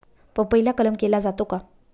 पपईला कलम केला जातो का?